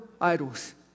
idols